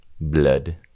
Blood